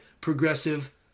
progressive